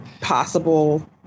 possible